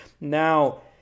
Now